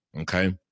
okay